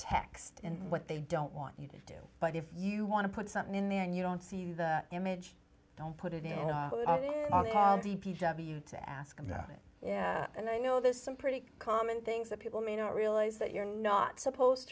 text and what they don't want you to do but if you want to put something in there and you don't see the image don't put it in to ask about it and i know there's some pretty common things that people may not realize that you're not supposed